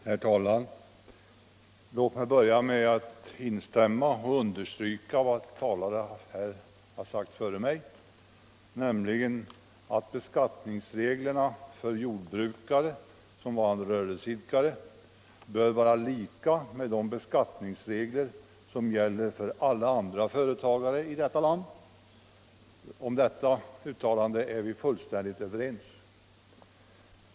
Herr talman! Låt mig börja med att instämma i och understryka vad andra talare har sagt före mig, nämligen att samma beskattningsregler Bokföringsmässig Bokföringsmässig bör gälla för jordbrukare som för alla andra företagare i detta land. Om detta uttalande är vi fullständigt överens.